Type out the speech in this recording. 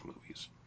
movies